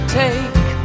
take